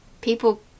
People